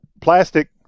plastic